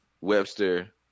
Webster